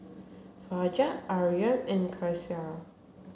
Fajar Aryan and Qaisara